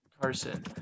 Carson